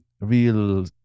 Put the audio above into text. real